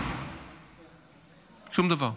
שום דבר.